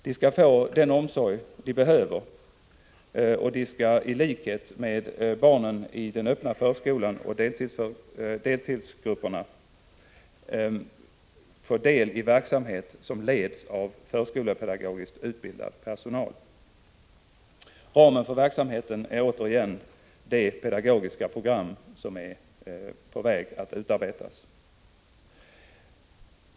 De skall få den omsorg de behöver, och barnen skall i likhet med barnen i den öppna förskolan och deltidsgrupperna få del i en verksamhet som leds av förskolepedagogiskt utbildad personal. Ramen för denna verksamhet är återigen det pedagogiska program som är på väg att utarbetas.